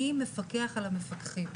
מי מפקח על המפקחים.